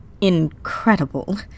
incredible